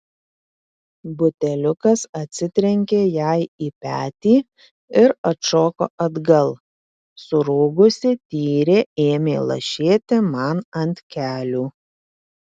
buteliukas atsitrenkė jai į petį ir atšoko atgal surūgusi tyrė ėmė lašėti man ant kelių